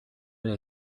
they